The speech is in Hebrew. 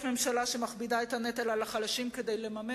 יש ממשלה שמכבידה את הנטל על החלשים כדי לממן